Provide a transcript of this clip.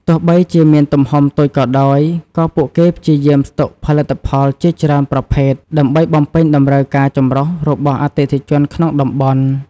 ទោះបីជាមានទំហំតូចក៏ដោយ ក៏ពួកគេព្យាយាមស្តុកផលិតផលជាច្រើនប្រភេទដើម្បីបំពេញតម្រូវការចម្រុះរបស់អតិថិជនក្នុងតំបន់។